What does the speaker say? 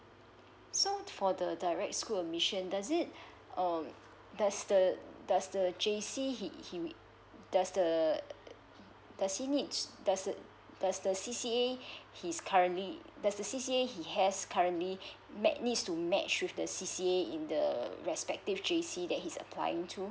so for the direct school admission does it um does the does the J_C he he does the does he needs does the does the C_C_A he's currently does the C_C_A he has currently may need to match with the C_C_A in the respective J_C that his applying to